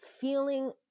feeling